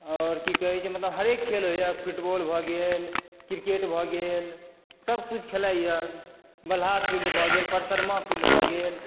आओर की कहै छै मतलब हरेक खेल होइया फुटबॉल भऽ गेल क्रिकेट भऽ गेल सबकिछु खेलाइया बलहा फील्ड भऽ गेल परसनमा फील्ड भऽ गेल